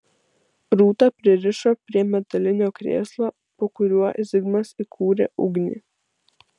rūtą pririšo prie metalinio krėslo po kuriuo zigmas įkūrė ugnį